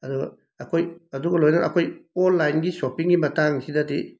ꯑꯗꯨ ꯑꯩꯈꯣꯏ ꯑꯗꯨꯒ ꯂꯣꯏꯅꯅ ꯑꯩꯈꯣꯏ ꯑꯣꯜꯂꯥꯏꯟꯒꯤ ꯁꯣꯞꯄꯤꯡꯒꯤ ꯃꯇꯥꯡꯁꯤꯗꯗꯤ